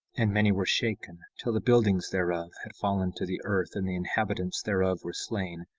and many were shaken till the buildings thereof had fallen to the earth, and the inhabitants thereof were slain,